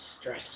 stress